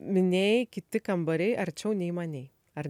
minėjai kiti kambariai arčiau nei manei ar